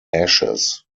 ashes